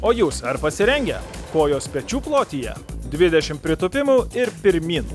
o jūs ar pasirengę kojos pečių plotyje dvidešim pritūpimų ir pirmyn